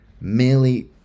merely